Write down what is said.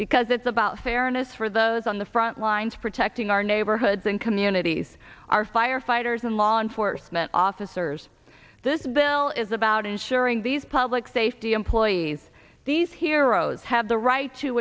because it's about fairness for those on the front lines protecting our neighborhoods and communities our firefighters and law enforcement officers this bill is about ensuring these public safety employees these heroes have the right to